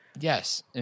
Yes